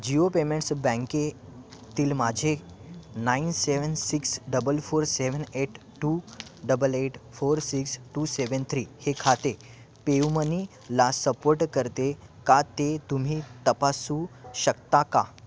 Jio payments बँकेतील माझे nine seven six double four seven eight two double eight four six two seven three हे खाते पेयुमनीला support करते का ते तुम्ही तपासू शकता का